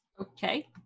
okay